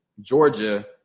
Georgia